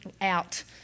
out